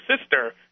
sister